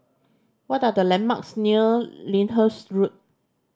what are the landmarks near Lyndhurst Road